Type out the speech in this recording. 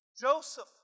Joseph